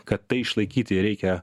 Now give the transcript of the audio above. kad tai išlaikyti reikia